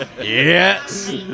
Yes